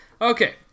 Okay